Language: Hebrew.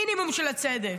המינימום של הצדק.